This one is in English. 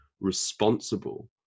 responsible